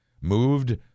moved